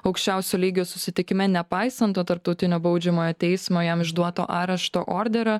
aukščiausio lygio susitikime nepaisant to tarptautinio baudžiamojo teismo jam išduoto arešto orderio